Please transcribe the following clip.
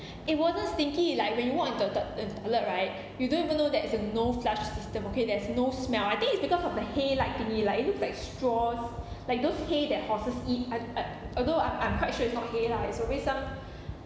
it wasn't stinky like when you walk into the toilet right you don't even know that is a no flush system okay there's no smell I think it's because of the hay-like thingy lah it looks like straws like those hay that horses eat I I although I'm I'm quite sure it's not hay lah it's probably some